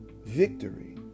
Victory